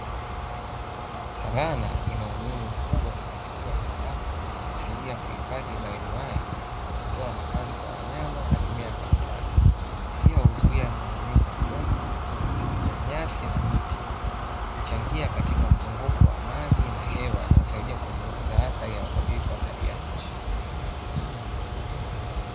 Savana ina umuhimu mkubwa ki mazingira, kwa sababu husaidia kuhifadhi maeneo haya, kwa kutoa makazi kwa wanyama na mimea mbalimbali, pia huzuia mmomonyoko wa udongo kupitia mizizi ya nyasi na miti, huchangia katika mzunguko wa maji na hewa na husaidia kupunguza athari ya mabadiliko ya tabia ya nchi.